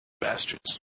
Bastards